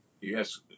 Yes